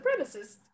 supremacists